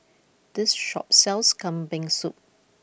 this shop sells Kambing Soup